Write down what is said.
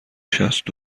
شصت